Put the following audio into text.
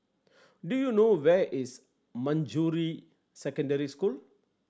do you know where is Manjusri Secondary School